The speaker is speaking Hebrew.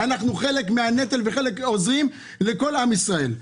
אנחנו חלק מהנטל ועוזרים לכל עם ישראל.